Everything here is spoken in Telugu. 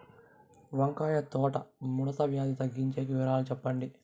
వంకాయ తోట ముడత వ్యాధి తగ్గించేకి వివరాలు చెప్పండి?